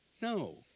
No